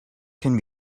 can